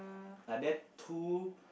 are there two